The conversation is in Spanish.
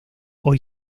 hoy